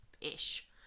ish